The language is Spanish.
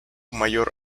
mayor